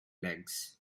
legs